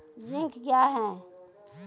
Zinc क्या हैं?